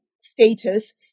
status